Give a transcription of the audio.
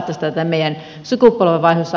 arvoisa puhemies